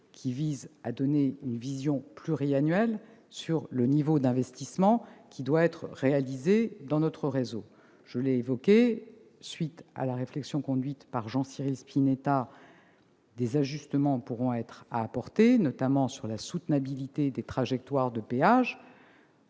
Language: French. tend à donner une vision pluriannuelle du niveau des investissements qui doivent être réalisés sur notre réseau. À la suite de la réflexion conduite par Jean-Cyril Spinetta, des ajustements pourront être apportés, notamment sur la soutenabilité des trajectoires de péage.